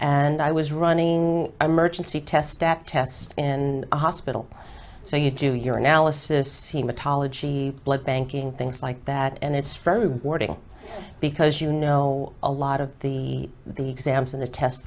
and i was running emergency test test in a hospital so you do your analysis sima tala g blood banking things like that and it's very rewarding because you know a lot of the the exams and the test